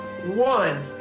One